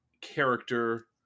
character